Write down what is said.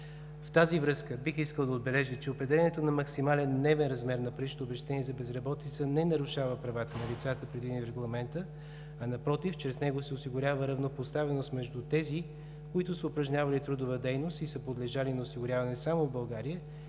с това бих искал да отбележа, че определянето на максимален дневен размер на паричното обезщетение за безработица не нарушава правата на лицата, предвидени в Регламента, а, напротив, чрез него се осигурява равнопоставеност между тези, които са упражнявали трудова дейност и са подлежали на осигуряване само в България,